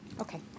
Okay